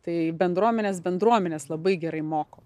tai bendruomenės bendruomenes labai gerai moko